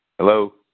Hello